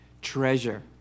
treasure